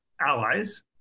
allies